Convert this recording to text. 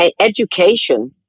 education